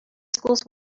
school’s